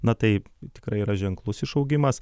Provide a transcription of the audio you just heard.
na tai tikrai yra ženklus išaugimas